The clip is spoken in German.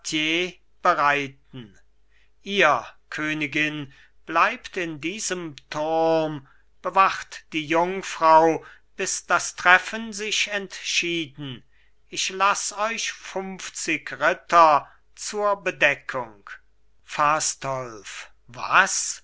bereiten ihr königin bleibt in diesem turm bewacht die jungfrau bis das treffen sich entschieden ich laß euch funfzig ritter zur bedeckung fastolf was